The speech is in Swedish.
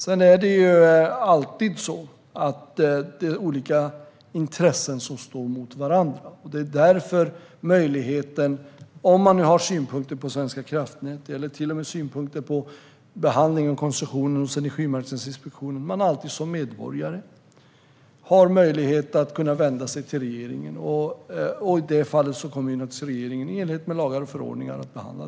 Det är alltid så att olika intressen står mot varandra. Om man nu har synpunkter på Svenska kraftnät eller till och med synpunkter på behandlingen och konstruktionen hos Energimarknadsinspektionen har man därför som medborgare alltid möjlighet att vända sig till regeringen. I det fallet kommer naturligtvis regeringen att behandla detta i enlighet med lagar och förordningar.